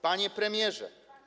Panie Premierze!